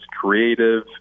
creative